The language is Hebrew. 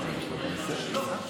הבנתי.